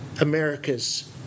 America's